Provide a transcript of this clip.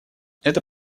это